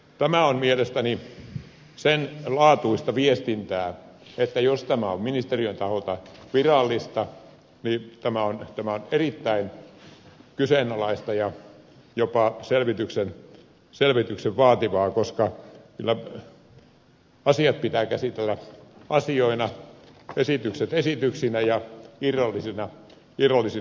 tämä on mielestäni sen laatuista viestintää että jos tämä on ministeriön taholta virallista niin tämä on erittäin kyseenalaista ja jopa selvityksen vaativaa koska kyllä asiat pitää käsitellä asioina esitykset esityksinä ja irrallisina toisistaan